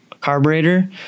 carburetor